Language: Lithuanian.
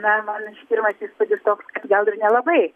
na man iš pirmas įspūdis toks kad gal ir nelabai